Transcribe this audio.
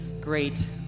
great